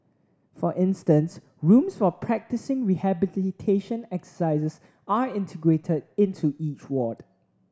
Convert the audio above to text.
for instance rooms for practising rehabilitation exercises are integrated into each ward